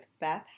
Beth